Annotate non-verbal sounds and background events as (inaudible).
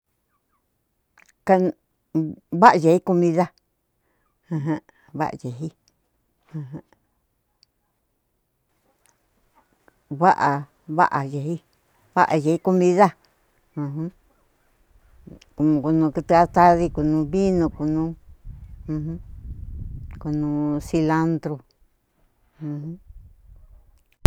Va'ayei kumida ajan vaàyeig (hesitation) va'a va'ayeig va'ayei kumida kunu vinu ujun (unintelligible) kunu silantru.